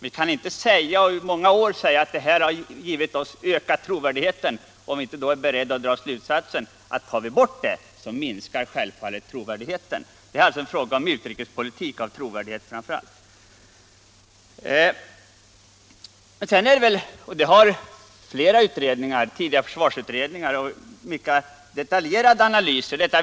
Vi kan inte säga att svensk flygplanstillverkning i många år har givit oss ökad trovärdighet utan att vara beredda att dra slutsatsen att lägger vi ner denna tillverkning så minskar självfallet trovärdigheten. Det är alltså en fråga om utrikespolitik och om trovärdighet för den. Flera tidigare försvarsutredningar har gjort mycket detaljerade analyser.